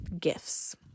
gifts